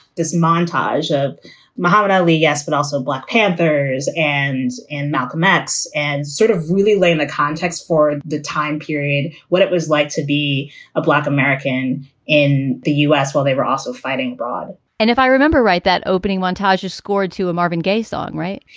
this montage of muhammad ali. yes, but also black panthers and and malcolm x and sort of really laying the context for the time period what it was like to be a black american in the u s. while they were also fighting abroad and if i remember right, that opening montage you scored to a marvin gaye song, right?